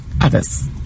others